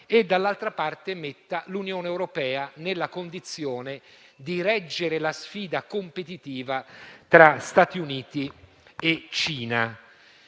e, dall'altra parte, metta l'Unione europea nella condizione di reggere la sfida competitiva tra Stati Uniti e Cina.